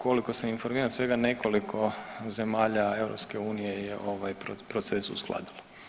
Koliko sam informiran svega nekoliko zemalja EU je ovaj proces uskladilo.